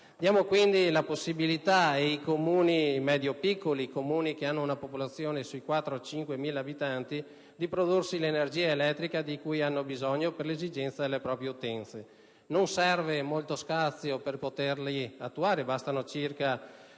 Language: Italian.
Diamo quindi la possibilità ai Comuni medio-piccoli, che hanno una popolazione di circa 4.000-5.000 abitanti, di produrre l'energia elettrica di cui hanno bisogno per le esigenze delle proprie utenze. Non serve molto spazio per poterlo fare: bastano circa